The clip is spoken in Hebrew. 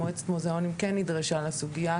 מועצת המוזיאונים כן נדרשה לסוגייה,